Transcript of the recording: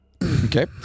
Okay